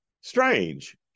strange